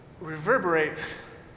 reverberates